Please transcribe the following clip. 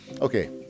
Okay